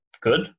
good